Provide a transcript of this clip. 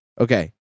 okay